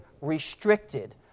Restricted